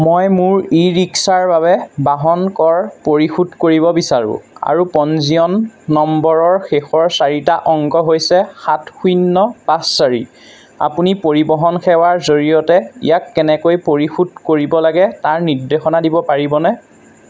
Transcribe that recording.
মই মোৰ ই ৰিক্সাৰ বাবে বাহন কৰ পৰিশোধ কৰিব বিচাৰোঁ আৰু পঞ্জীয়ন নম্বৰৰ শেষৰ চাৰিটা অংক হৈছে সাত শূন্য পাঁচ চাৰি আপুনি পৰিবহণ সেৱাৰ জৰিয়তে ইয়াক কেনেকৈ পৰিশোধ কৰিব লাগে তাৰ নিৰ্দেশনা দিব পাৰিবনে